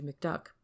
McDuck